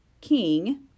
king